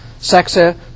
sexa